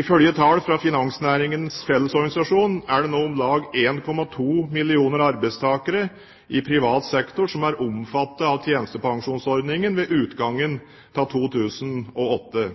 Ifølge tall fra Finansnæringens Fellesorganisasjon er det om lag 1,2 mill. arbeidstakere i privat sektor som er omfattet av tjenestepensjonsordningen ved utgangen av 2008.